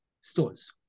stores